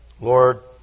Lord